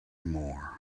more